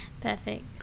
perfect